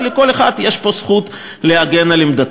ולכל אחד יש פה זכות להגן על עמדתו.